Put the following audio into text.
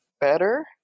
better